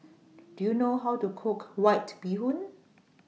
Do YOU know How to Cook White Bee Hoon